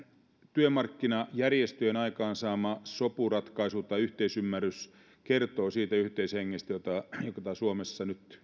työmarkkinajärjestöjen aikaansaama sopuratkaisu tai yhteisymmärrys kertoo siitä yhteishengestä joka täällä suomessa nyt